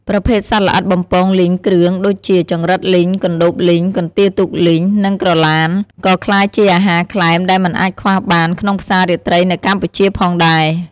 ប្រភេទសត្វល្អិតបំពងលីងគ្រឿងដូចជា ចង្រិតលីង កន្ដូបលីង កន្ទាទូកលីង និងក្រឡាន ក៏ក្លាយជាអាហារក្លែមដែលមិនអាចខ្វះបានក្នុងផ្សាររាត្រីនៅកម្ពុជាផងដែរ។